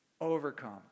overcome